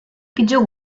pitjor